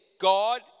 God